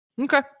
Okay